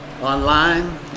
online